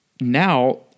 now